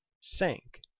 sank